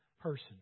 person